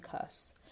curse